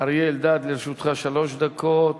אריה אלדד, לרשותך שלוש דקות.